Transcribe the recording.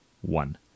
One